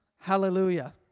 Hallelujah